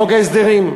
חוק ההסדרים.